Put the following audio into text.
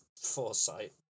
foresight